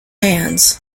hands